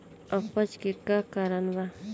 अपच के का कारण बा?